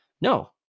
No